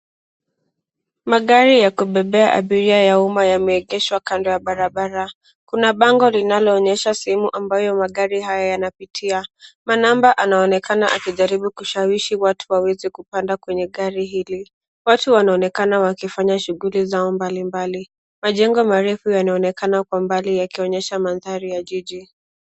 Magari ya kubebea abiria ya umma yameegeshwa kando ya barabara, kuna bango linanaloonyesha sehemu amabayo magari haya yanapitia. Manamba anaonekana akijaribu kushawishi watu waweze kupanda kwenye gari hili. Watu wanaonekana wakifanya shughuli za mbali mbali, majengo marefu yanaonekana ya mbali wakionyesha mandhari ya jiji.